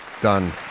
done